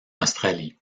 australie